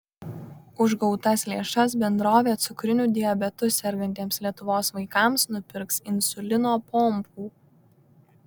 už gautas lėšas bendrovė cukriniu diabetu sergantiems lietuvos vaikams nupirks insulino pompų